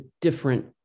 different